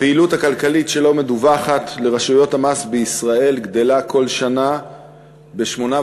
הפעילות הכלכלית שלא מדווחת לרשויות המס בישראל גדלה כל שנה ב-8.5%,